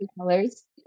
colors